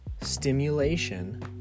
stimulation